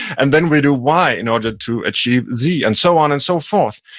and then we do y in order to achieve z, and so on and so forth.